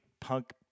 punk